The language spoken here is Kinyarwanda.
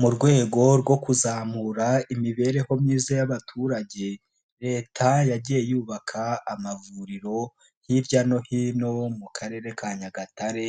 Mu rwego rwo kuzamura imibereho myiza y'abaturage, Leta yagiye yubaka amavuriro hirya no hino mu karere ka Nyagatare,